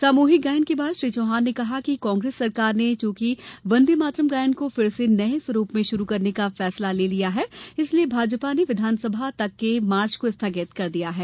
सामूहिक गायन के बाद श्री चौहान ने कहा कि कांग्रेस सरकार ने चूंकि वंदेमातरम गायन को फिर से नए स्वरूप में शुरु करने का फैसला ले लिया है इसलिए भाजपा ने विधानसभा तक के मार्च को स्थगित कर दिया है